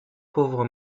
pauvre